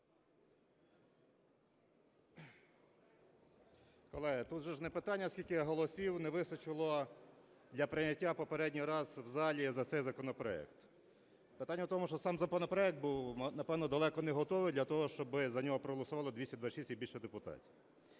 Колеги, тут же ж не питання, скільки голосів не вистачило для прийняття попередній раз в залі за цей законопроект. Питання в тому, що сам законопроект був, напевно, далеко не готовий для того, щоби за нього проголосувало більше 226 і більше депутатів.